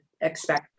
expect